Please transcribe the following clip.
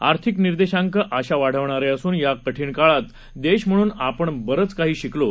आर्थिक निर्देशक आशा वाढवणारे असून या कठीण काळात देश म्हणून आपण बरंच काही शिकलो